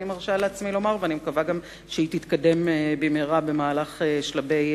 ואני מקווה שהיא תתקדם במהרה במהלך שלבי